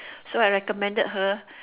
so I recommended her